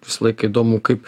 visą laiką įdomu kaip